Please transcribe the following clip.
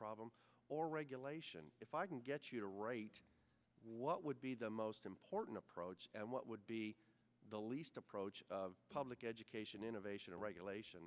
problem or regulation if i can get you to right what would be the most important approach and what would be the least approach public education innovation and regulation